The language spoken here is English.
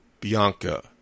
Bianca